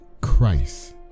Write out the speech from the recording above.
Christ